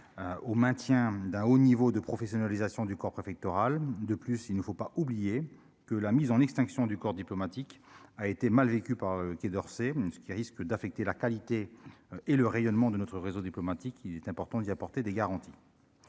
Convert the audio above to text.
au maintien d'un haut niveau de professionnalisation du corps préfectoral, de plus il ne faut pas oublier que la mise en extinction du corps diplomatique a été mal vécue par qui et d'Orsay, ce qui risque d'affecter la qualité et le rayonnement de notre réseau diplomatique, il est important d'y apporter des garanties,